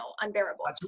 unbearable